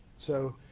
so,